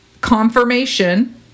confirmation